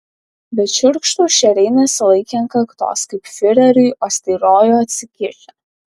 bet šiurkštūs šeriai nesilaikė ant kaktos kaip fiureriui o styrojo atsikišę